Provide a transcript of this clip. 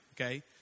okay